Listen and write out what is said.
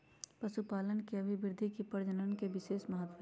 पशुपालन के अभिवृद्धि में पशुप्रजनन के विशेष महत्त्व हई